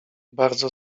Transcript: bardzo